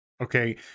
Okay